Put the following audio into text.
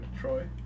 Troy